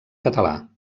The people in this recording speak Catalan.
català